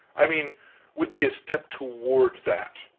i mean would be a step toward that.